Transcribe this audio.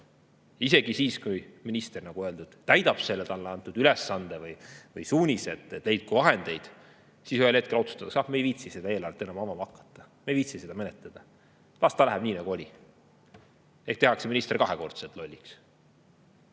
Isegi siis, kui minister, nagu öeldud, täidab talle antud ülesande või suunised, et leidku vahendeid, siis ühel hetkel otsustatakse, et oh, me ei viitsi seda eelarvet enam avama hakata, ei viitsi seda menetleda. Las see läheb nii, nagu oli. Ehk tehakse minister kahekordselt lolliks.